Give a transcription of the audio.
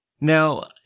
Now